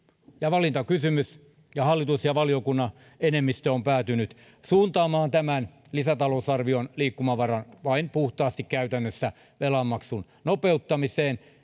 ja valintakysymys ja hallitus ja valiokunnan enemmistö on päätynyt suuntaamaan tämän lisätalousarvion liikkumavaran vain puhtaasti käytännössä velanmaksun nopeuttamiseen